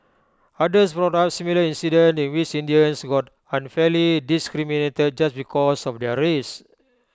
others brought up similar incidents in which Indians got unfairly discriminated just because of their race